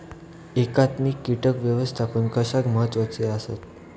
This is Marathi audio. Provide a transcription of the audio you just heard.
एकात्मिक कीटक व्यवस्थापन कशाक महत्वाचे आसत?